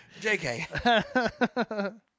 JK